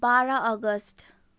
बाह्र अगस्त